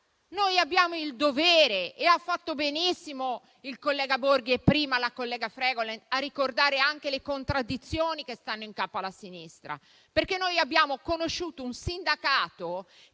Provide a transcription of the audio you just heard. corrispondono alla verità. Hanno fatto benissimo il collega Borghi e la collega Fregolent a ricordare anche le contraddizioni che stanno in capo alla sinistra. Noi abbiamo conosciuto un sindacato che